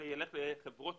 הוא ילך לחברות